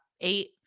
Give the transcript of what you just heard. eight